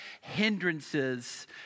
hindrances